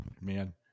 Man